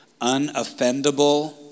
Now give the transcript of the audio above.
unoffendable